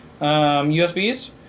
USBs